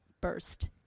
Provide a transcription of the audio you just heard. burst